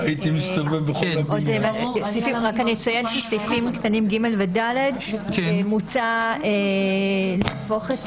אני אציין שבסעיפים קטנים (ג) ו(ד) מוצע להפוך את